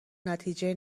نتیجه